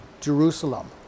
jerusalem